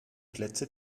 plätze